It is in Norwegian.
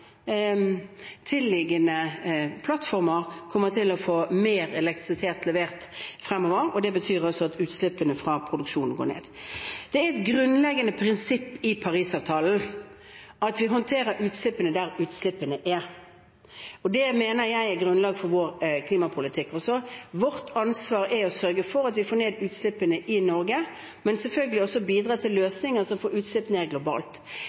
tilliggende plattformer kommer til å få mer elektrisitet levert fremover, og det betyr at utslippene fra produksjonen går ned. Det er et grunnleggende prinsipp i Parisavtalen at vi håndterer utslippene der utslippene er. Det mener jeg er grunnlaget for vår klimapolitikk. Vårt ansvar er å sørge for at vi får ned utslippene i Norge, men selvfølgelig også å bidra til løsninger som får utslippene ned globalt.